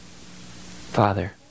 Father